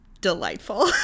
delightful